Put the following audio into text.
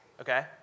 Okay